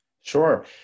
Sure